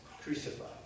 crucified